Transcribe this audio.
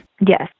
yes